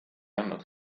andnud